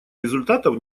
результатов